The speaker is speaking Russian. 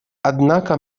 однако